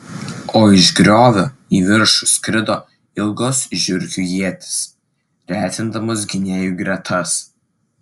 o iš griovio į viršų skrido ilgos žiurkių ietys retindamos gynėjų gretas